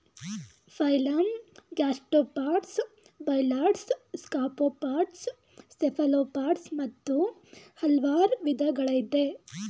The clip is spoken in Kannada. phylum gastropods bivalves scaphopods cephalopods ಮತ್ತು ಹಲ್ವಾರ್ ವಿದಗಳಯ್ತೆ